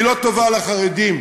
היא לא טובה לחרדים,